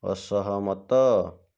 ଅସହମତ